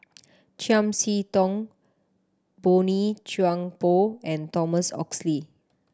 Chiam See Tong Boey Chuan Poh and Thomas Oxley